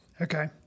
Okay